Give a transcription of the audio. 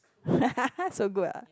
so good ah